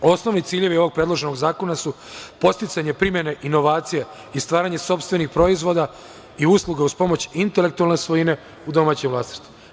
Osnovni ciljevi ovog predloženog zakona su podsticanje primene inovacija i stvaranje sopstvenih proizvoda i usluga uz pomoć intelektualne svojine u domaćem vlasništvu.